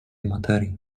materii